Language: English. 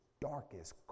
darkest